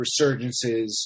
resurgences